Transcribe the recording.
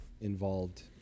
involved